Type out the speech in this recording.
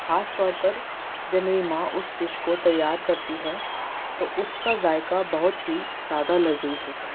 خاص طور پر جب میری ماں اس ڈش کو تیّار کرتی ہے تو اس کا ذائقہ بہت ہی زیادہ لذیذ ہوتا ہے